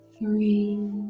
Three